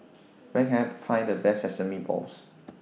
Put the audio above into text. Where Can I Find The Best Sesame Balls